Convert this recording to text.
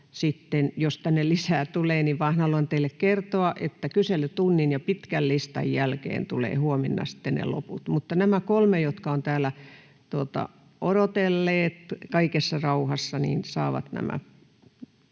jos tänne lisää tulee. Haluan teille vain kertoa, että kyselytunnin ja pitkän listan jälkeen tulevat huomenna sitten ne loput. Mutta nämä kolme, jotka ovat täällä odotelleet kaikessa rauhassa, saavat nämä